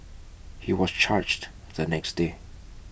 he was charged the next day